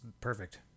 perfect